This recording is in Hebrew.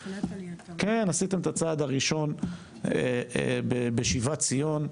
עשיתם את הצעד הראשון בשיבת ציון,